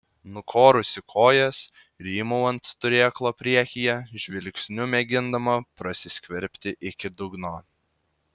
nukorusi kojas rymau ant turėklo priekyje žvilgsniu mėgindama prasiskverbti iki dugno